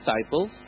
disciples